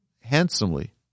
handsomely